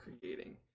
creating